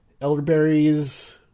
elderberries